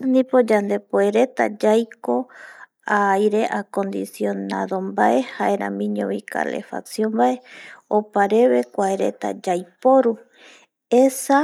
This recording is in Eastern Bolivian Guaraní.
Yandepereta yaiko aire acondicionador bae harebicalefacion bae opareve kuae reta yauporu esa